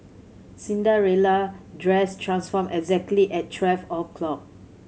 Cinderella dress transformed exactly at twelve o' clock